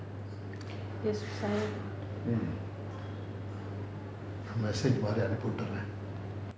message மாரி அனுப்பிவிடுறேன்:maari anupividuraen